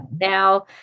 Now